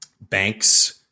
banks